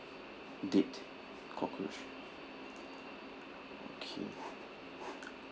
dead cockroach okay